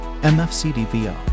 MFCDVO